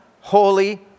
holy